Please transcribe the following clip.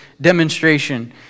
demonstration